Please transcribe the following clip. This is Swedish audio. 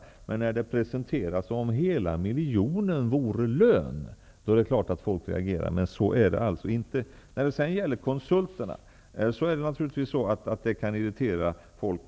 När det presenteras som om hela miljonen vore lön är det klart att folk reagerar. Men så är det alltså inte. När det sedan gäller konsulterna är det naturligtvis så att de kan irritera folk.